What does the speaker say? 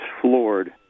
floored